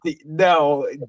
No